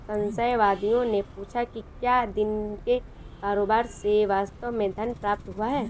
संशयवादियों ने पूछा कि क्या दिन के कारोबार से वास्तव में धन प्राप्त हुआ है